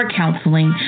counseling